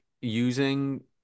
using